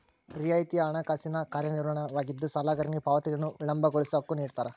ರಿಯಾಯಿತಿಯು ಹಣಕಾಸಿನ ಕಾರ್ಯವಿಧಾನವಾಗಿದ್ದು ಸಾಲಗಾರನಿಗೆ ಪಾವತಿಗಳನ್ನು ವಿಳಂಬಗೊಳಿಸೋ ಹಕ್ಕು ನಿಡ್ತಾರ